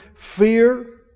fear